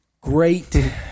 Great